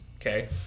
okay